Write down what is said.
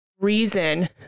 reason